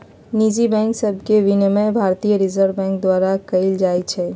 निजी बैंक सभके विनियमन भारतीय रिजर्व बैंक द्वारा कएल जाइ छइ